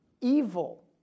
evil